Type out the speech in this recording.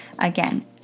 again